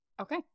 Okay